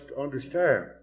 understand